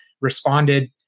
responded